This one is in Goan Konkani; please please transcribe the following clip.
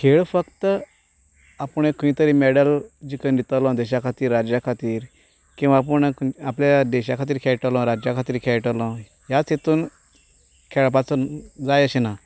खेळ फक्त आपणें खंय तरी मॅडल जिकोवन दितलो देशा खातीर राज्या खातीर किंवा आपूण आपल्या देशा खातीर खेळटलो राज्या खातीर खेळटलो ह्याच हेतून खेळपाचो जाय अशें ना